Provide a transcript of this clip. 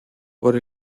por